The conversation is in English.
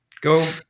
go